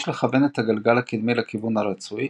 יש לכוון את הגלגל הקדמי לכיוון הרצוי,